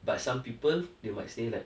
but some people they might say that